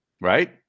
Right